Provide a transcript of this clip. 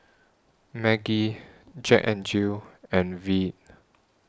Maggi Jack N Jill and Veet